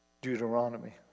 Deuteronomy